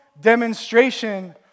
demonstration